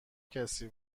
کسی